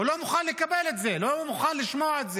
הוא לא מוכן לקבל את זה, לא מוכן לשמוע את זה.